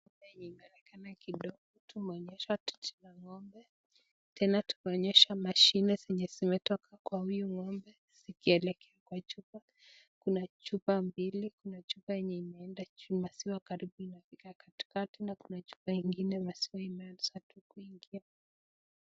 Ng'ombe enye imeonekana kidogo, tumeonyeshwa titi la ng'ombe. Tena tumeonyeshwa mashine zenye zimetoka kwa huyu ng'ombe zikielekea kwa chupa. Kuna chupa mbili. Kuna chupa enye imeenda juu, maziwa karibu inafika katikati na kuna chupa ingine maziwa imeanza tu kuingia.